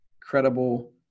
credible